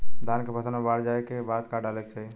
धान के फ़सल मे बाढ़ जाऐं के बाद का डाले के चाही?